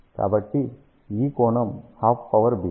కాబట్టి ఇక్కడ ఈ కోణం హాఫ్ పవర్ బీమ్